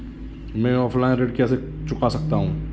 मैं ऑफलाइन ऋण कैसे चुका सकता हूँ?